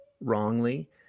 wrongly